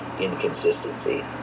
inconsistency